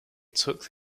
took